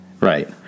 Right